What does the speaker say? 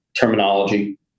terminology